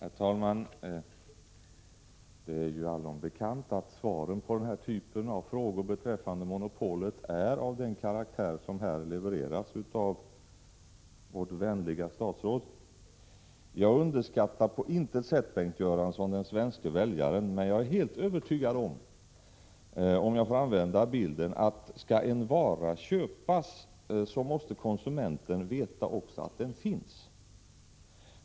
Herr talman! Det är ju allom bekant att svaren på denna typ av frågor beträffande monopolet är av den karaktär som här levererats av vårt vänliga statsråd. Jag underskattar inte på något sätt, Bengt Göransson, den svenske väljaren. Men jag är helt övertygad om att — om jag får välja liknelsen — skall en vara köpas måste konsumenten också veta att den finns.